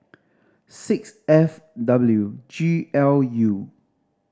six F W G L U